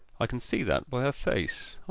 i can see that by her face.